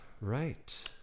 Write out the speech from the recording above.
right